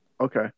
Okay